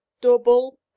double